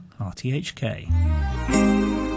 RTHK